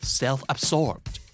self-absorbed